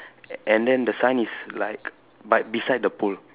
and then the sign is like by beside the pole